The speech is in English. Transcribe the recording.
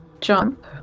jump